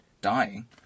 dying